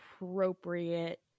appropriate